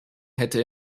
hätte